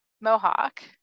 mohawk